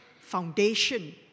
foundation